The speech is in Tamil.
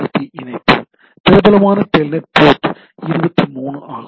பி இணைப்பு பிரபலமான டெல்நெட் போர்ட் 23 ஆகும்